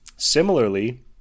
Similarly